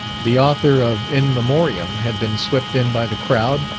the author of in memoriam had been swept in by the crowd,